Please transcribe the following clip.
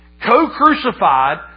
Co-crucified